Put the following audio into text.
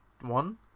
one